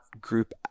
group